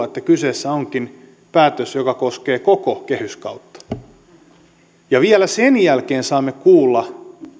että kyseessä onkin päätös joka koskee koko kehyskautta ja vielä sen jälkeen saimme kuulla